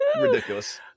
Ridiculous